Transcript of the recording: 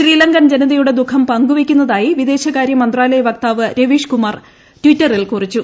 ശ്രീലങ്കൻ ജനതയുടെ ദുഖം പങ്കുവയ്ക്കുന്നതായി വിദേശകാര്യ മന്ത്രാലയ വക്താവ് രവീഷ്കുമാർ ട്വിറ്ററിൽ കുറിച്ചു